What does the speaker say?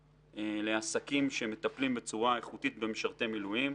לעסקים שמטפלים בצורה איכותית במשרתי מילואים.